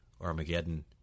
Armageddon